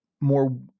more